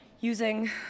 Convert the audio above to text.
using